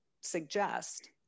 suggest